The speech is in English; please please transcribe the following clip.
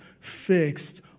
fixed